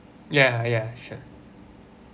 ya ya sure